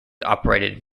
operated